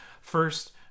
first